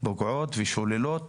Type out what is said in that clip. פוגעות ושוללות